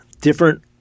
Different